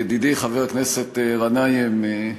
ידידי חבר הכנסת גנאים,